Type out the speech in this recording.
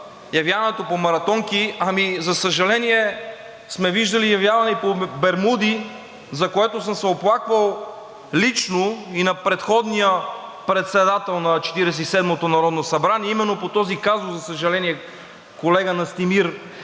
явяването по маратонки, ами, за съжаление, сме виждали и явяване и по бермуди, за което съм се оплаквал лично и на предходния председател на Четиридесет и седмото народно събрание именно по този казус, за съжаление, колега Настимир Ананиев.